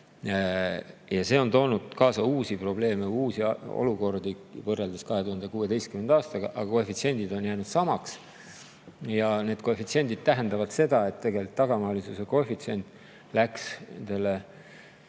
See on toonud kaasa uusi probleeme ja uusi olukordi võrreldes 2016. aastaga, aga koefitsiendid on jäänud samaks. Need koefitsiendid tähendavad seda, et tagamaalisuse koefitsient läks